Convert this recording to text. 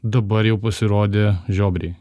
dabar jau pasirodė žiobriai